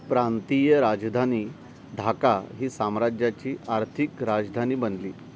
प्रांतीय राजधानी धाका ही साम्राज्याची आर्थिक राजधानी बनली